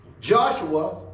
Joshua